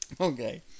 Okay